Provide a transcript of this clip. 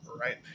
Right